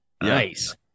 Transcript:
Nice